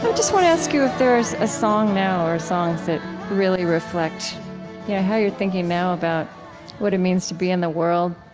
just want to ask you if there is a song now or songs that really reflect yeah how you're thinking now about what it means to be in the world?